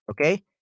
okay